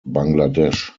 bangladesh